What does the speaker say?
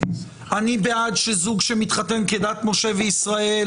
אני בעד שהמדינה תדאג למי שמתחתן כדת משה וישראל